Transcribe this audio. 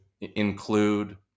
include